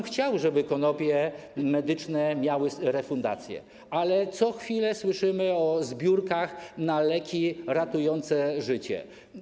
Chciałbym, żeby konopie medyczne były refundowane, ale co chwilę słyszymy o zbiórkach na leki ratujące życie.